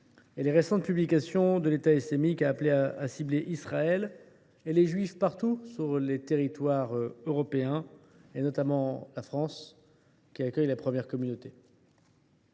et de récentes publications de l’État islamique appellent à cibler Israël et les juifs partout sur le territoire européen et notamment en France, qui accueille la première communauté